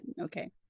Okay